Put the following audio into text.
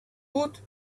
woot